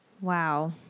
Wow